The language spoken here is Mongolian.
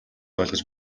ойлгож